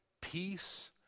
peace